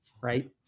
Right